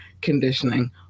conditioning